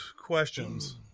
questions